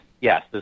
Yes